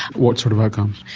what sort of outcomes?